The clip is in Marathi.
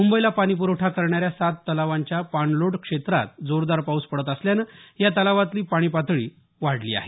मुंबईला पाणी पुरवठा करणाऱ्या सात तलावांच्या पाणलोट क्षेत्रात जोरदार पाऊस पडत असल्यामुळे या तलावातली पाणी पातळी वाढत आहे